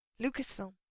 Lucasfilm